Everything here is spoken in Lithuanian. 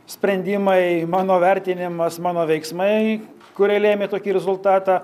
sprendimai mano vertinimas mano veiksmai kurie lėmė tokį rezultatą